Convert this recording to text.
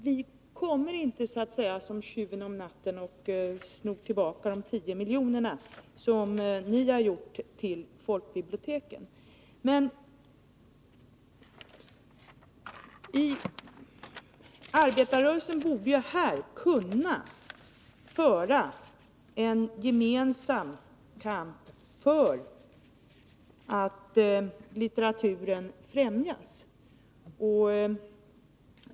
Vi kommer inte som tjuven om natten och tar tillbaka de 10 miljonerna till folkbiblioteken, som ni har gjort. Arbetarrörelsen borde här kunna föra en gemensam kamp för att främja litteraturen.